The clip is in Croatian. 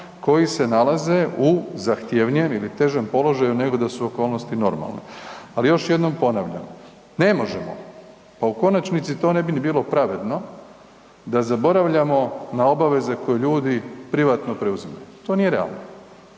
koji se nalaze u zahtjevnijem ili težem položaju nego da su okolnosti normalne. Ali još jednom ponavljam, ne možemo, pa u konačnici to ne bi ni bilo pravedno da zaboravljamo na obaveze koje ljudi privatno preuzimaju, to nije realno.